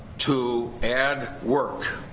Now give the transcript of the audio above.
to add work,